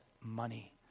money